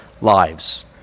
lives